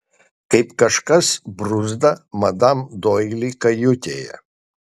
kaip kažkas bruzda madam doili kajutėje